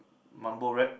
mumble rap